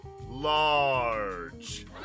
large